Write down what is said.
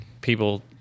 people